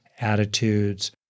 attitudes